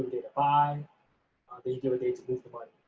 a day to buy, and you give a day to move the money.